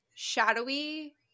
shadowy